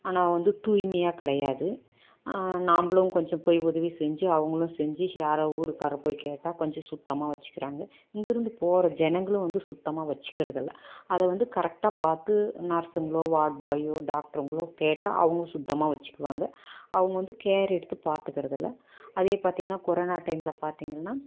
ஆனால் வந்து தூய்மையாக கிடையாது நாம்மளும் கொஞ்சம் போய் உதவி செஞ்சு அவங்களும் செஞ்சு யாரோ ஊருக்காரங்க போய் கேட்டால் கொஞ்சம் சுத்தமாக வைச்சிக்கிறாங்க இங்கேயிருந்து போகிற ஜனங்களும் வந்து சுத்தமாக வைச்சிக்கிறது இல்லை அதை வந்து கரெக்டாக பார்த்து நர்ஸுங்களோ வார்ட் பாயோ டாக்டருங்களோ கேட்டால் அவங்க சுத்தமாக வைச்சிக்குவாங்க அவங்க வந்து கேர் எடுத்து பார்த்துக்கிறது இல்லை அதே பார்த்தீங்கனா கொரோனா டைமில் பார்த்தீங்கனா